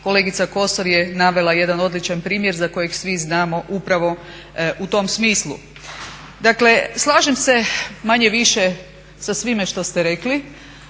kolegica Kosor je navela jedan odličan primjer za kojeg svi znamo upravo u tom smislu. Dakle slažem se manje-više sa svim što ste rekli